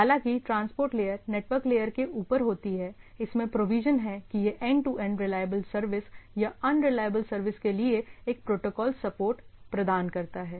हालांकि transport layer network layer के ऊपर होती है इसमें प्रोविजन है कि यह end to end reliable service या अनरिलायबल सर्विसेज के लिए एक प्रोटोकॉल सपोर्ट प्रदान करता है